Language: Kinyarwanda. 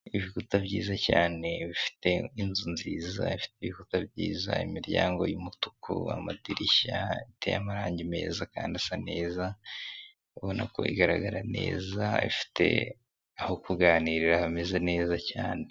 Ibikuta byiza cyane bifite inzu nziza, bifite ibikuta byiza, imiryango y'imituku, amadirishya, ateye amarangi meza kandi asa neza, ubona ko igaragara neza ifite aho kuganirira hameze neza cyane.